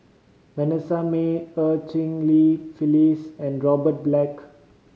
Vanessa Mae Eu Cheng Li Phyllis and Robert Black